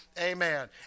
Amen